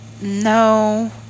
No